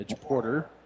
Porter